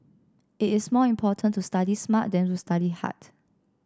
it is more important to study smart than to study hard